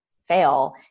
fail